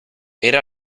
era